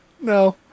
no